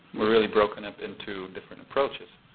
we're really broken up into different approaches.